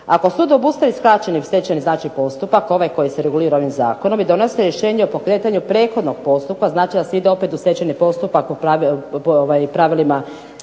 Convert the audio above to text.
ako sud obustavi skraćenim stečajni znači postupak, ovaj koji se regulira ovim zakonom i donose rješenje o pokretanju prethodnog postupka, znači da se ide opet u stečajni postupak i pravilima